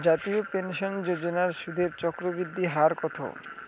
জাতীয় পেনশন যোজনার সুদের চক্রবৃদ্ধি হার কত?